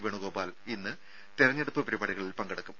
വേണുഗോപാൽ ഇന്ന് തെരഞ്ഞെടുപ്പ് പരിപാടികളിൽ പങ്കെടുക്കും